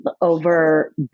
over